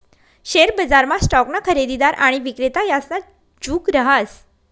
share बजारमा स्टॉकना खरेदीदार आणि विक्रेता यासना जुग रहास